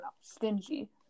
stingy